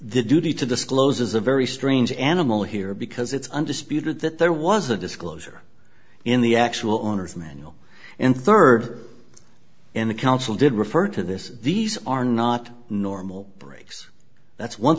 duty to disclose is a very strange animal here because it's undisputed that there was a disclosure in the actual owners manual and third in the council did refer to this these are not normal brakes that's one